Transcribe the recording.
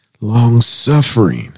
long-suffering